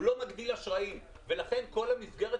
הוא לא מגדיל אשראים ולכן כל המסגרת